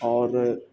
اور